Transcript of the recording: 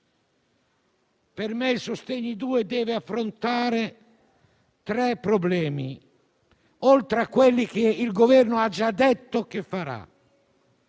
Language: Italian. decreto sostegni 2 deve affrontare tre problemi, oltre a quelli che il Governo ha già detto che